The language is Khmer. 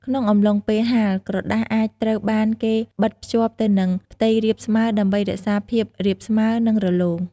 ក្នុងអំឡុងពេលហាល ក្រដាសអាចត្រូវបានគេបិទភ្ជាប់ទៅនឹងផ្ទៃរាបស្មើដើម្បីរក្សាភាពរាបស្មើ និងរលោង។